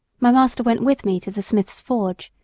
my master went with me to the smith's forge,